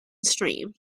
stream